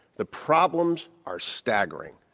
the problems are staggering.